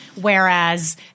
whereas